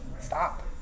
stop